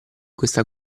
questa